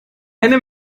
eine